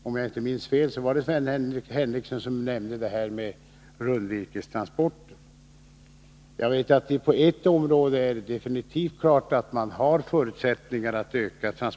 Om jag inte minns fel var det Sven Henricsson som nämnde rundvirkestransporterna.